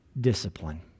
discipline